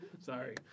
Sorry